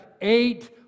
eight